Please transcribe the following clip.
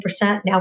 Now